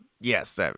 yes